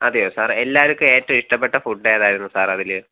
അതെയോ സാർ എല്ലാവർക്കും ഏറ്റവും ഇഷ്ടപ്പെട്ട ഫുഡ് ഏതായിരുന്നു സാർ അതിൽ